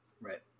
Right